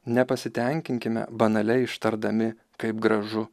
nepasitenkinkime banaliai ištardami kaip gražu